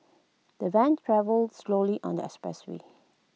the van travelled slowly on the expressway